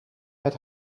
met